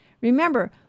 Remember